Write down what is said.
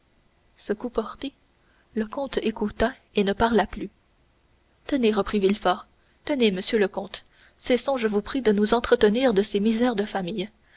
ce coup porté le comte écouta et ne parla plus tenez reprit villefort tenez monsieur le comte cessons je vous prie de nous entretenir de ces misères de famille